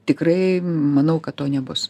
tikrai manau kad to nebus